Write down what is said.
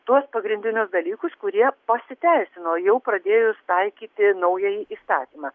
tuos pagrindinius dalykus kurie pasiteisino jau pradėjus taikyti naująjį įstatymą